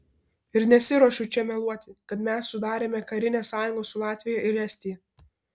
ir nesiruošiu čia meluoti kad mes sudarėme karinę sąjungą su latvija ir estija